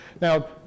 Now